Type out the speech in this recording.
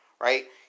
Right